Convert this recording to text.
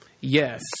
yes